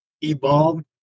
evolved